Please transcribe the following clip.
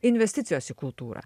investicijos į kultūrą